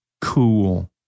cool